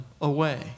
away